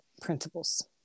principles